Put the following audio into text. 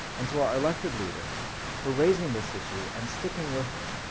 and to our elected leaders for raising this issue and sticking with it.